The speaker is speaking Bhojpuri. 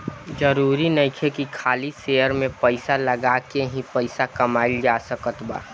जरुरी नइखे की खाली शेयर में पइसा लगा के ही पइसा कमाइल जा सकत बा